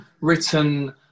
written